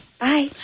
bye